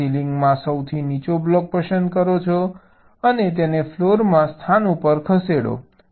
તમે સીલિંગમાં સૌથી નીચો બ્લોક પસંદ કરો અને તેને ફ્લોરમાં સ્થાન ઉપર ખસેડો